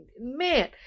Man